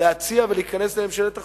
להציע ולהיכנס לממשלת אחדות.